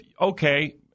okay